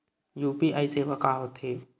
UPI सेवा का होथे?